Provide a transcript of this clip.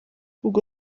ubwo